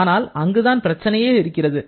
ஆனால் அங்குதான் பிரச்சினையே இருக்கிறது